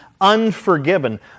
Unforgiven